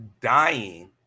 dying